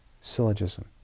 syllogism